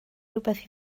rywbeth